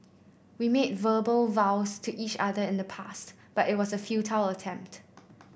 we made verbal vows to each other in the past but it was a futile attempt